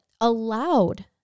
allowed